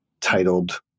titled